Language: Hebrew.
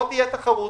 תהיה תחרות.